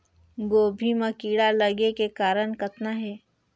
गोभी म कीड़ा लगे के कारण कतना हे?